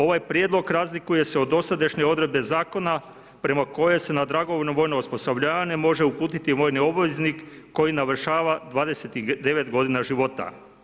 Ovaj prijedlog razlikuje se od dosadašnje odredbe zakona prema kojem se na dragovoljno vojno osposobljavanje može uputiti vojni obveznik koji navršava 29 godina života.